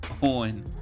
on